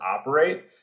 operate